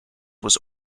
was